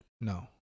No